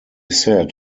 said